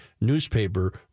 newspaper